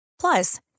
Plus